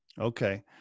Okay